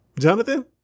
Jonathan